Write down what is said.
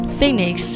Phoenix